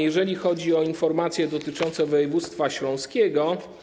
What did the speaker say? Jeżeli chodzi o informacje dotyczące województwa śląskiego.